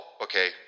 okay